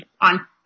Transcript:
on